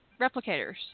replicators